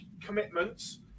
commitments